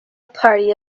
party